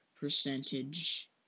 percentage